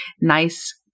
nice